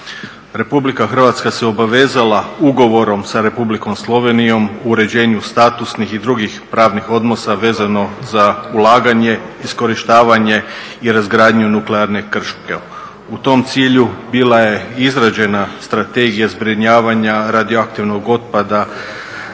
RH se obavezala ugovorom sa Republikom Slovenijom u uređenju statusnih i drugih pravnih odnosa vezano za ulaganje, iskorištavanja i razgradnje nuklearne Krško. U tom cilju bila je izrađena strategija zbrinjavanja radioaktivnog otpada